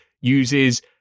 uses